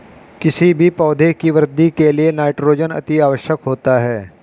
किसी भी पौधे की वृद्धि के लिए नाइट्रोजन अति आवश्यक होता है